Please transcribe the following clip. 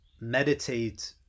meditate